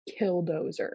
Killdozer